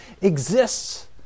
exists